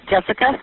Jessica